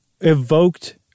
evoked